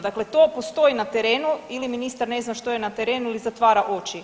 Dakle, to postoji na terenu ili ministar ne zna što je na terenu ili zatvara oči.